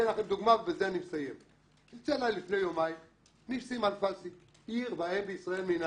בסעיף (ח)